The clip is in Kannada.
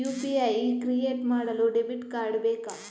ಯು.ಪಿ.ಐ ಕ್ರಿಯೇಟ್ ಮಾಡಲು ಡೆಬಿಟ್ ಕಾರ್ಡ್ ಬೇಕಾ?